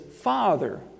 Father